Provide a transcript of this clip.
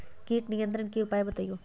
किट नियंत्रण के उपाय बतइयो?